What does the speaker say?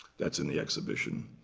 that's in the exhibition,